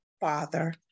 father